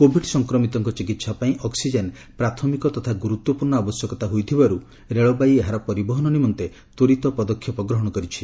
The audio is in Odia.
କୋଭିଡ୍ ସଂକ୍ରମିତଙ୍କ ଚିକିତ୍ସା ପାଇଁ ଅକ୍ୱିଜେନ୍ ପ୍ରାଥମିକ ତଥା ଗୁରୁତ୍ୱପୂର୍୍ଣ ଆବଶ୍ୟକତା ହୋଇଥିବାରୁ ରେଳବାଇ ଏହାର ପରିବହନ ନିମନ୍ତେ ତ୍ୱରିତ ପଦକ୍ଷେପ ଗ୍ରହଣ କରିଛି